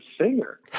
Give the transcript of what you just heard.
singer